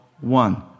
one